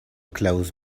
close